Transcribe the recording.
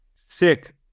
sick